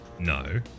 No